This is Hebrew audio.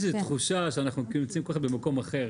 יש לי איזה תחושה שאנחנו כאילו נמצאים במקום אחר.